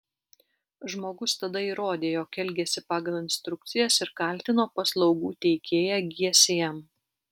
žmogus tada įrodė jog elgėsi pagal instrukcijas ir kaltino paslaugų teikėją gsm